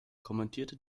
kommentierte